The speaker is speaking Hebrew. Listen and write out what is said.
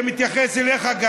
זה מתייחס גם אליך,